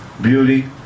beauty